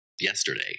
Yesterday